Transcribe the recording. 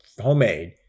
homemade